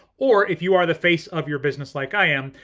or if you are the face of your business, like i am,